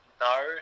no